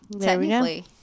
technically